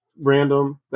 random